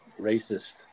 racist